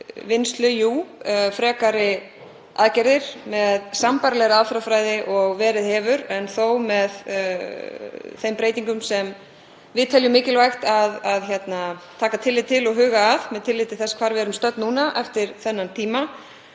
vinnslu frekari aðgerðir með sambærilegri aðferðafræði og verið hefur en þó með þeim breytingum sem við teljum mikilvægt að taka tillit til og huga að með tilliti til þess hvar við erum stödd núna eftir þennan tíma.